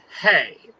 hey